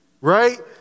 Right